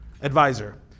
advisor